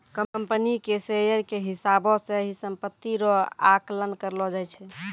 company के share के हिसाबौ से ही सम्पत्ति रो आकलन करलो जाय छै